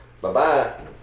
Bye-bye